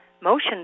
motion